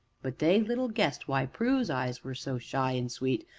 but they little guessed why prue's eyes were so shy and sweet,